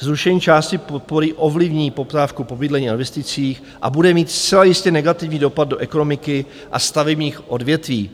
Zrušení části podpory ovlivní poptávku po bydlení a investicích a bude mít zcela jistě negativní dopad do ekonomiky a stavebních odvětví.